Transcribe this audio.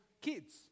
kids